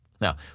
Now